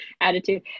attitude